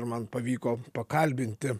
man pavyko pakalbinti